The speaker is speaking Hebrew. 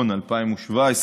2017,